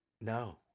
No